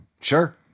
Sure